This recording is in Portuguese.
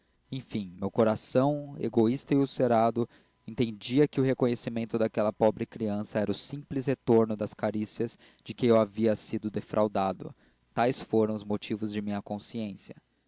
enfim meu coração egoísta e ulcerado entendia que o reconhecimento daquela pobre criança era o simples retorno das carícias de que eu havia sido defraudado tais foram os motivos da minha consciência